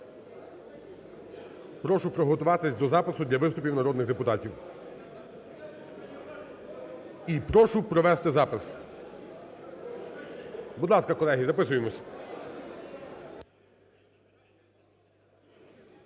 Прошу приготуватись до запису для виступів народних депутатів. І прошу провести запис. Будь ласка, колеги, записуємось.